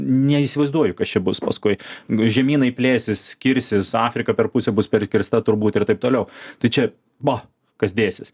neįsivaizduoju kas čia bus paskui žemynai plėsis skirsis afrika per pusę bus perkirsta turbūt ir taip toliau tai čia va kas dėsis